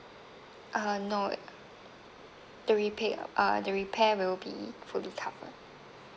uh no the repai~ uh the repair will be fully covered